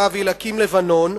הרב אליקים לבנון,